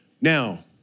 Now